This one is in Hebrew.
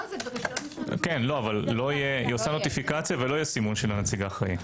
היא עושה נוטיפיקציה ולא יהיה סימון של הנציג האחראי.